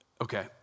Okay